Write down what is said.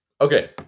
okay